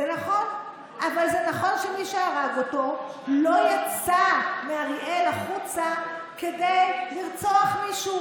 אבל זה נכון שמי שהרג אותו לא יצא מאריאל החוצה כדי לרצוח מישהו.